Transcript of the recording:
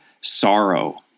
sorrow